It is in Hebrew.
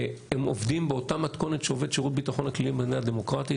הם עובדים באותה מתכונת שעובד שירות הביטחון הכללי במדינה דמוקרטית,